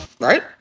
right